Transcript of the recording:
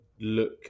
look